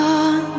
on